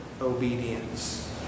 obedience